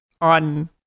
on